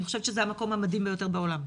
אני חושבת שזה המקום המדהים ביותר בעולם.